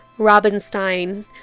robinstein